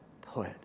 put